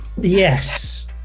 Yes